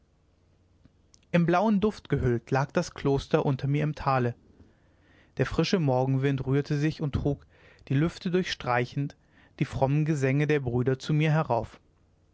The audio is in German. in blauen duft gehüllt lag das kloster unter mir im tale der frische morgenwind rührte sich und trug die lüfte durchstreichend die frommen gesänge der brüder zu mir herauf